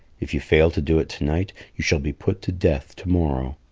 if you fail to do it to-night, you shall be put to death to-morrow.